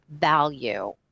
value